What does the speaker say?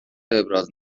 ابراز